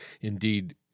indeed